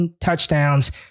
touchdowns